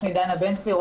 שמי דנה בן צבי,